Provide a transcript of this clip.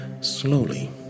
slowly